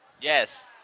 Yes